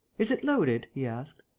is it loaded? he asked.